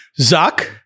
Zuck